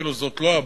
אפילו זאת לא הבעיה.